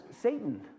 Satan